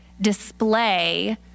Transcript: display